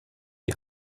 die